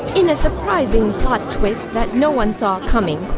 in a surprising plot twist that no one saw coming,